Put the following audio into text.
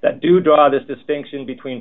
that do draw this distinction between